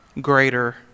greater